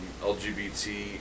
LGBT